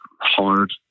hard